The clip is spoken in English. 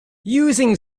using